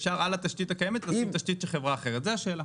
אפשר על התשתית הקיימת לשים תשתית של חברה אחרת זו השאלה.